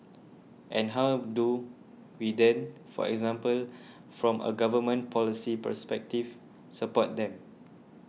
and how do we then for example from a government policy perspective support them